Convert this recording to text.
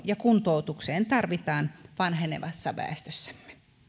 ja kuntoutuksessa tarvitaan vanhenevassa väestössämme